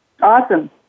Awesome